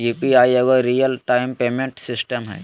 UPI एगो real time payment system हइ